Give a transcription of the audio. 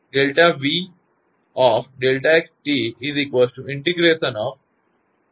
આ સમીકરણ 1 છે